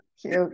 Cute